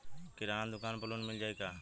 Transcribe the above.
किराना दुकान पर लोन मिल जाई का?